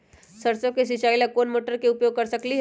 सरसों के सिचाई ला कोंन मोटर के उपयोग कर सकली ह?